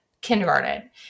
kindergarten